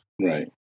Right